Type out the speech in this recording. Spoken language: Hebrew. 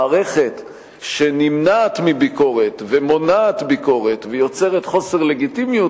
מערכת שנמנעת מביקורת ומונעת ביקורת ויוצרת חוסר לגיטימיות